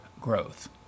growth